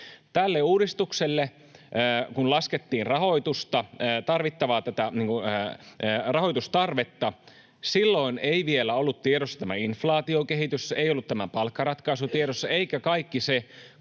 tälle uudistukselle laskettiin tätä rahoitustarvetta, ei vielä ollut tiedossa tämä inflaatiokehitys, ei ollut tämä palkkaratkaisu tiedossa eikä kaikki se